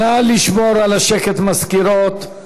נא לשמור על השקט, מזכירות.